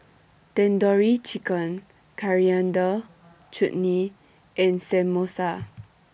Tandoori Chicken Coriander Chutney and Samosa